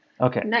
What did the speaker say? okay